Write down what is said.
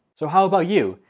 so how about you?